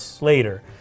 later